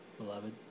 Beloved